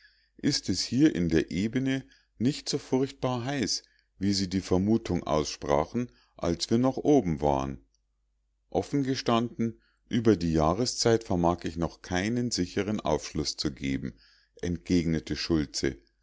ist es hier in der ebene nicht so furchtbar heiß wie sie die vermutung aussprachen als wir noch oben waren offen gestanden über die jahreszeit vermag ich noch keinen sicheren aufschluß zu geben entgegnete schultze